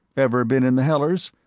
ever been in the hellers?